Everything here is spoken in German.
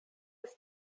ist